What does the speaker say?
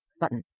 button